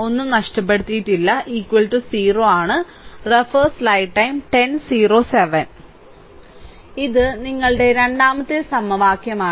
ഒന്നും നഷ്ടപ്പെടുത്തിയിട്ടില്ല 0 ഇത് നിങ്ങളുടെ രണ്ടാമത്തെ സമവാക്യമാണ്